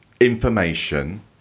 information